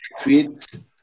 creates